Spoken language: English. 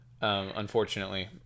unfortunately